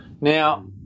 Now